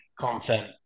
content